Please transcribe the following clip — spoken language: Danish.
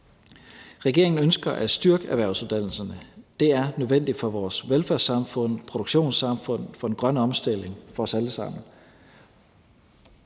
Regeringen ønsker at styrke erhvervsuddannelserne. Det er nødvendigt for vores velfærdssamfund, produktionssamfund, den grønne omstilling, os alle sammen.